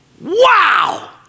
Wow